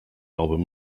album